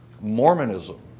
Mormonism